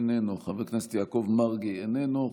איננו, חבר הכנסת יעקב מרגי, איננו.